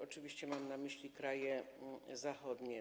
Oczywiście mam na myśli kraje zachodnie.